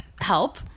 help